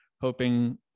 hoping